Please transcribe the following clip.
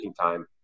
time